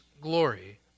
glory